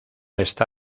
está